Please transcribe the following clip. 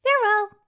Farewell